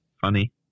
funny